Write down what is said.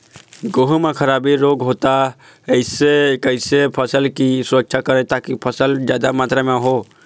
गेहूं म खराबी रोग होता इससे कैसे फसल की सुरक्षा करें ताकि फसल जादा मात्रा म हो?